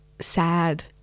sad